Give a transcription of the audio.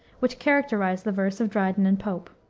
which characterized the verse of dryden and pope.